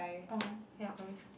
orh ya primary school